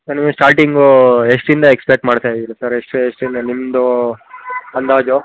sir ನೀವು ಸ್ಟಾರ್ಟಿಂಗೂ ಎಷ್ಟು ಇಂದ ಎಕ್ಸೆಪ್ಟ್ ಮಾಡ್ತಾ ಇದ್ದೀರ ಸರ್ ಎಷ್ಟು ಎಷ್ಟ್ರಿಂದ ನಿಮ್ಮದು ಅಂದಾಜು